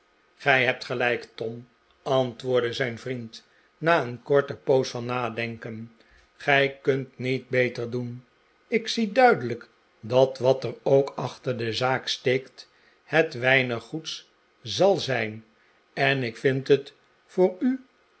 gij hebt gelijk tom antwoordde zijn vriend na een korte poos van nadenken gij kunt niet beter doen ik zie duidelijk dat wat er ook achter de zaak steekt het weinig goeds zal zijn en ik vind het voor u